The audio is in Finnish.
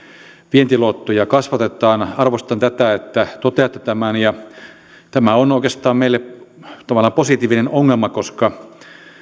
vientiluottoja kasvatetaan arvostan tätä että toteatte tämän tämä on oikeastaan meille tavallaan positiivinen ongelma koska